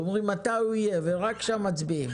קובעים מתי הוא יהיה ורק שם מצביעים.